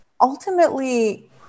ultimately